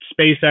SpaceX